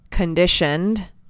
conditioned